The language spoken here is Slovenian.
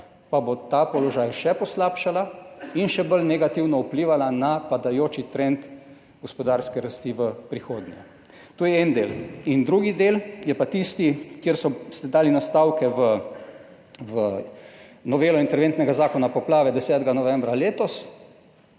pa bo ta položaj še poslabšala in še bolj negativno vplivala na padajoči trend gospodarske rasti v prihodnje. To je en del. Drugi del je pa tisti, kjer ste dali nastavke v novelo interventnega zakona o poplavah 10. novembra letos,